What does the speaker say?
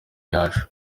yacu